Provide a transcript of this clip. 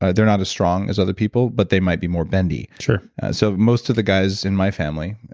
ah they're not as strong as other people, but they might be more bendy sure so most of the guys in my family,